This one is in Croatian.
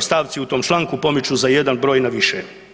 stavci u tom članku pomiču za jedan broj na više.